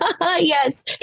Yes